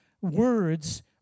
words